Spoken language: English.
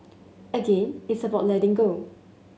again it's about letting go